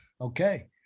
okay